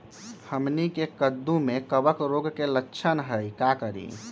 हमनी के कददु में कवक रोग के लक्षण हई का करी?